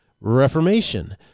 Reformation